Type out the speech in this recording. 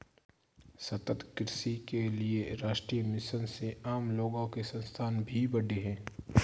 सतत कृषि के लिए राष्ट्रीय मिशन से आम लोगो के संसाधन भी बढ़े है